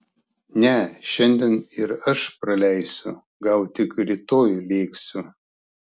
ne šiandien ir aš praleisiu gal tik rytoj lėksiu